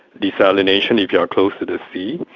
desalination if you are close to the sea,